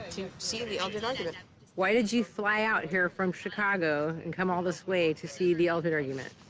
to see the eldred argument why did you fly out here from chicago and come all this way to see the eldred argument?